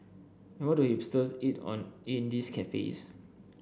how do hipsters eat on in these cafes